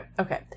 Okay